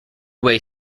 way